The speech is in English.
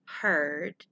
heard